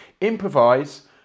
improvise